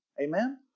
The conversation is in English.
Amen